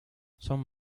son